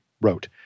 wrote